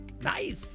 Nice